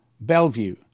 Bellevue